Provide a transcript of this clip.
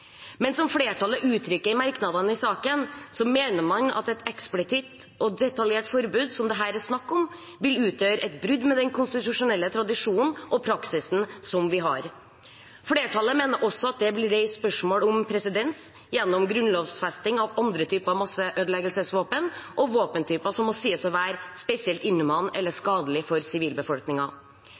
Men som flertallet uttrykker i merknadene i saken, mener man at et eksplisitt og detaljert forbud, som det her er snakk om, vil utgjøre et brudd med den konstitusjonelle tradisjonen og praksisen som vi har. Flertallet mener også at det vil reise spørsmål om presedens gjennom grunnlovfesting av andre typer masseødeleggelsesvåpen og våpentyper som må sies å være spesielt inhumane eller skadelige for